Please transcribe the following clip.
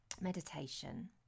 meditation